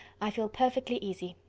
i feel perfectly easy.